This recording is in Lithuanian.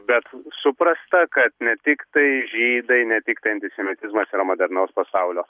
bet suprasta kad ne tiktai žydai ne tiktai antisemitizmas yra modernaus pasaulio